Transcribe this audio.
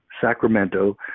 Sacramento